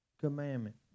commandment